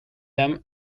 them